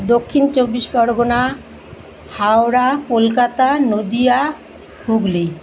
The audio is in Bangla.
দক্ষিণ চব্বিশ পরগনা হাওড়া কলকাতা নদীয়া হুগলি